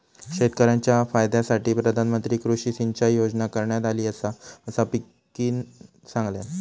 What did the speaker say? शेतकऱ्यांच्या फायद्यासाठी प्रधानमंत्री कृषी सिंचाई योजना करण्यात आली आसा, असा पिंकीनं सांगल्यान